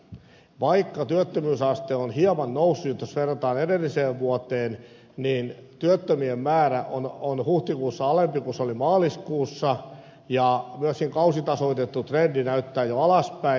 vaikka työttömyysaste on hieman noussut nyt jos verrataan edelliseen vuoteen niin työttömien määrä on huhtikuussa alempi kuin se oli maaliskuussa ja myöskin kausitasoitettu trendi näyttää jo alaspäin